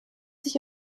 sich